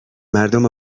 مردم